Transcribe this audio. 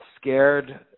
scared